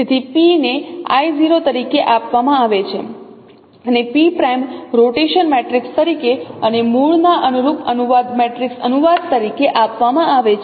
તેથી P ને I | 0 તરીકે આપવામાં આવે છે અને P' રોટેશન મેટ્રિક્સ તરીકે અને મૂળના અનુરૂપ અનુવાદ મેટ્રિક્સ અનુવાદ તરીકે આપવામાં આવે છે